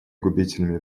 губительными